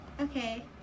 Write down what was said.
Okay